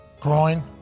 Groin